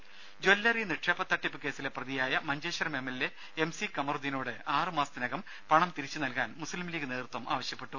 ദേഴ ജ്വല്ലറി നിക്ഷേപത്തട്ടിപ്പ് കേസിലെ പ്രതിയായ മഞ്ചേശ്വരം എംഎൽ എ എംസി കമറുദ്ദീനോട് ആറു മാസത്തിനകം പണം തിരിച്ചു നൽകാൻ മുസ്ലിംലീഗ് നേതൃത്വം ആവശ്യപ്പെട്ടു